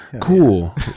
cool